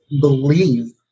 believe